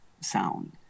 sound